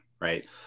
Right